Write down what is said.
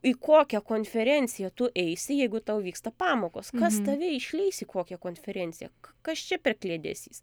į kokią konferenciją tu eisi jeigu tau vyksta pamokos kas tave išleis į kokią konferenciją kas čia per kliedesys